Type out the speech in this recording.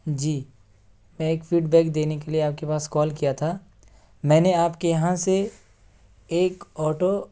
جی میں ایک feedback دینے کے لیے آپ کے پاس کال کیا تھا میں نے آپ کے یہاں سے ایک آٹو